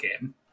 game